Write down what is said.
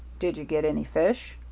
did you get any fish?